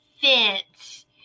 fence